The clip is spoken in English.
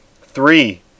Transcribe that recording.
Three